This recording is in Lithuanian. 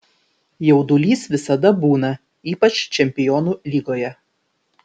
jaudulys visada būna ypač čempionų lygoje